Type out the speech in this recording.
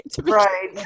right